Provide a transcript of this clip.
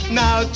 now